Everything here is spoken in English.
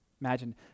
Imagine